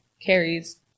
carries